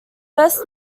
best